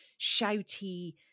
shouty